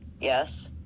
yes